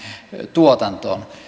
tuotantoon